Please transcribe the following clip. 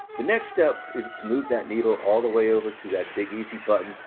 the next step is to move that needle all the way over to that big, easy button,